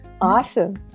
Awesome